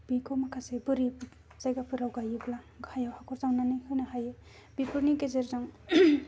बिखौ माखासे बोरि जायगाफोराव गायोब्ला अखायाव हाखर जावनानै होनो हायो बेफोरनि गेजेरजों